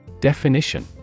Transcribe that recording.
Definition